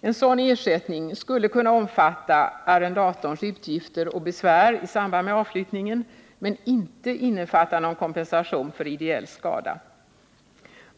En sådan ersättning skulle kunna omfatta arrendatorns utgifter och besvär i samband med avflyttningen men inte innefatta någon kompensation för ideell skada.